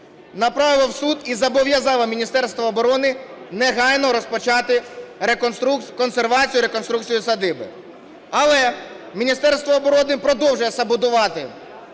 направило у суд і зобов'язало Міністерство оборони негайно розпочати консервацію реконструкції садиби. Але Міністерство оборони продовжує саботувати